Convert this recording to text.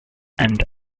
and